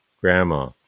grandma